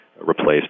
replaced